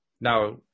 Now